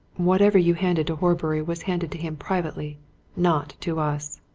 whatever you handed to horbury was handed to him privately not to us.